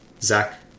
Zach